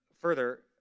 Further